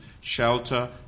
shelter